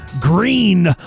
green